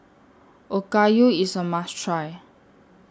Okayu IS A must Try